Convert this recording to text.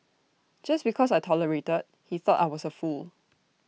just because I tolerated he thought I was A fool